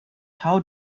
how